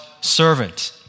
servant